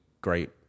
great